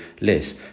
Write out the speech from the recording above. less